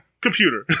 computer